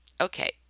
Okay